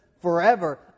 forever